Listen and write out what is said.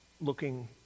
looking